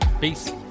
Peace